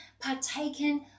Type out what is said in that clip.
partaken